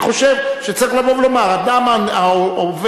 אני חושב שצריך לבוא ולומר: אדם העובר,